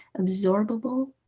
absorbable